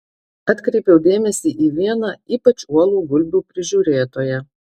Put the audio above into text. atkreipiau dėmesį į vieną ypač uolų gulbių prižiūrėtoją